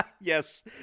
Yes